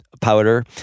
powder